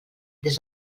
des